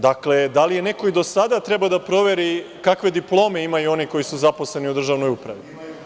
Dakle, da li je neko i do sada trebao da proveri kakve diplome imaju oni koji su zaposleni u državnoj upravi?